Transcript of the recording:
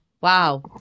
wow